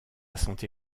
santé